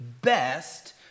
best